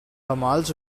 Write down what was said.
damals